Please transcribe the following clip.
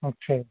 ਅੱਛਾ